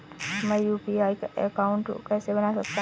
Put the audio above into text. मैं UPI account कैसे बना सकता हूं?